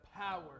power